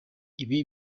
ibi